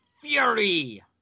fury